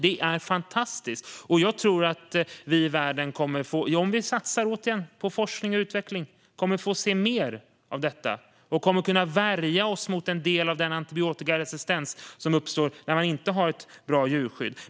Detta är fantastiskt. Om vi i världen satsar på forskning och utveckling kommer vi att få se mer av detta. Vi kommer då att kunna värja oss mot en del av den antibiotikaresistens som uppstår när man inte har ett bra djurskydd.